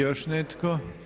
Još netko?